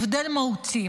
הבדל מהותי,